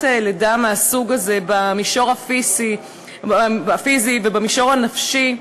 לידה מהסוג הזה במישור הפיזי ובמישור הנפשי,